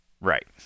Right